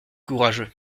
courageux